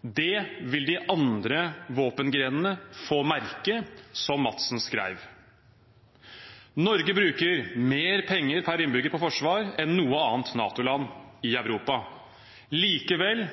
Det vil de andre våpengrenene få merke.» Norge bruker mer penger per innbygger på forsvar enn noe annet NATO-land i Europa. Likevel